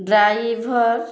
driver